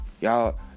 Y'all